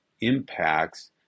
impacts